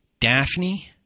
Daphne